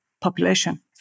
population